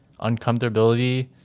uncomfortability